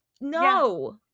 no